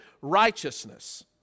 righteousness